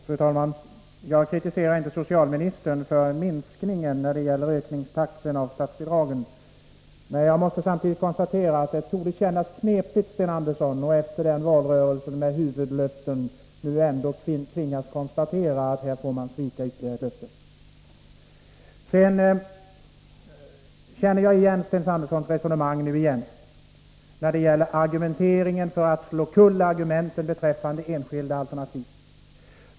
Fru talman! Jag kritiserar inte socialministern för minskningen när det gäller statsbidragens ökningstakt. Men samtidigt måste jag konstatera att det torde kännas knepigt för Sten Andersson att efter valrörelsen med dess huvudlöften nu ändå tvingas erkänna att man här får svika ännu ett löfte. Jag känner igen Sten Anderssons resonemang när det gäller argumenteringen för att slå omkull argumenten beträffande enskilda alternativ.